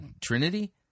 Trinity